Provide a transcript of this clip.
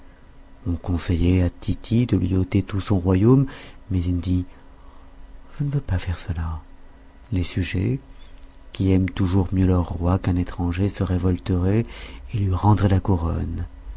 on conseillait à tity de lui ôter tout son royaume mais il dit je ne veux pas faire cela les sujets qui aiment toujours mieux leur roi qu'un étranger se révolteraient et lui rendraient la couronne